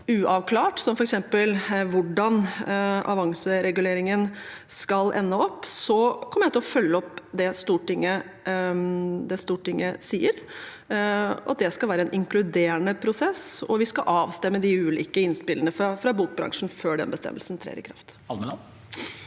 uavklarte, som f.eks. hvordan avansereguleringen skal ende, kommer jeg til å følge opp det Stortinget sier om at det skal være en inkluderende prosess, og at vi skal avstemme de ulike innspillene fra bokbransjen før den bestemmelsen trer i kraft.